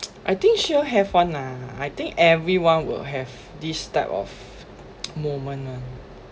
I think sure have one lah I think everyone will have this type of moment [one]